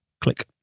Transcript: click